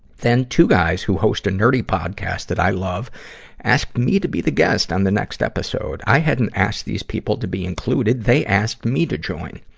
then, two guys who host a nerdy podcast that i love asked me to be the guest on the next episode. i hadn't asked these people to be included they asked me to join.